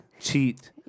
cheat